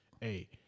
hey